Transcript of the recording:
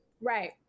Right